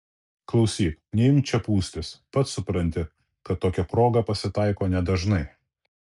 klausyk neimk čia pūstis pats supranti kad tokia proga pasitaiko nedažnai